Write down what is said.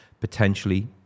potentially